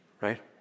right